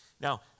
Now